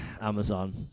Amazon